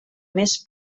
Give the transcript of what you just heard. més